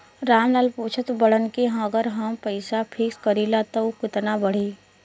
राम लाल पूछत बड़न की अगर हम पैसा फिक्स करीला त ऊ कितना बड़ी?